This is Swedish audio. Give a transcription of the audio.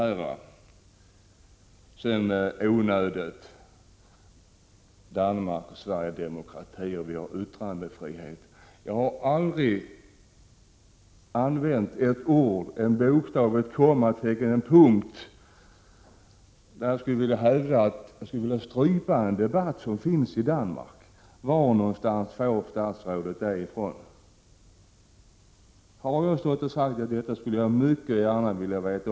Miljöoch energiministern säger att Danmark och Sverige är demokratier och att vi har yttrandefrihet. Jag har aldrig använt ett ord, en bokstav, ett kommatecken eller en punkt för att hävda att jag skulle vilja strypa debatten i Danmark. Varifrån får statsrådet det? Om jag har sagt detta vill jag veta när jag gjorde det.